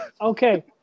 okay